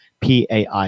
PAI